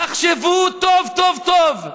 תחשבו טוב טוב טוב,